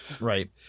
Right